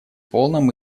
полном